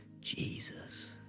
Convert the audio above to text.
Jesus